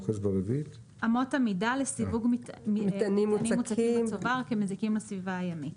אמות המידה לסיווג מטענים מוצקים בצובר כמזיקים לסביבה הימית.